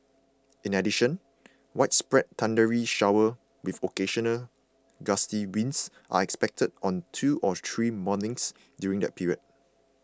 in addition widespread thundery showers with occasional gusty winds are expected on two or three mornings during that period